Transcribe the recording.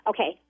Okay